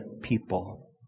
people